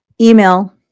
Email